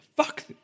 fuck